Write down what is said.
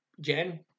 Jen